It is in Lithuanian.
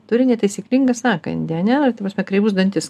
turi netaisyklingą sąkandį ar ne ta prasme kreivus dantis